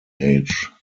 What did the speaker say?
age